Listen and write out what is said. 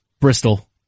Bristol